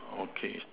okay